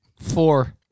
Four